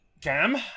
Cam